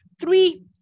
three